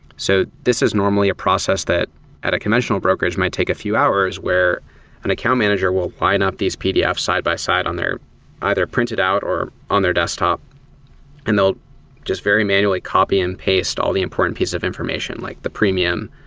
so this is normally a process that at a conventional brokerage might take a few hours, where an account manager will line up these pdf side-by-side either printed out or on their desktop and they'll just very manually copy and paste all the important pieces of information, like the premium,